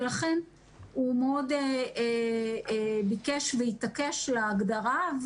ולכן הוא מאוד ביקש והתעקש להגדרה,